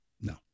no